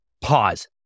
pause